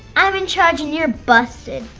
i'm in charging you're busted.